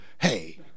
hey